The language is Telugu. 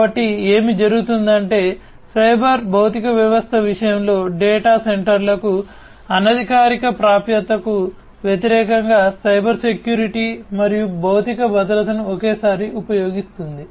కాబట్టి ఏమి జరుగుతుందంటే సైబర్ భౌతిక వ్యవస్థ విషయంలో డేటా సెంటర్లకు అనధికారిక ప్రాప్యతకు వ్యతిరేకంగా సైబర్ సెక్యూరిటీ మరియు భౌతిక భద్రతను ఒకేసారి ఉపయోగిస్తుంది